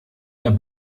der